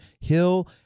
Hill